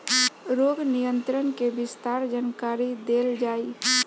रोग नियंत्रण के विस्तार जानकरी देल जाई?